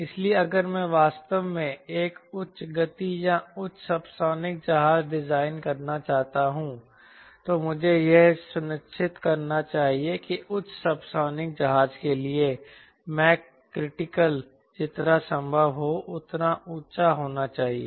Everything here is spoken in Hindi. इसलिए अगर मैं वास्तव में एक उच्च गति या उच्च सबसोनिक जहाज डिजाइन करना चाहता हूं तो मुझे यह सुनिश्चित करना चाहिए कि उच्च सबसोनिक जहाज के लिए मैक क्रिटिकल जितना संभव हो उतना ऊंचा होना चाहिए